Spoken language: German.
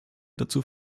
dazu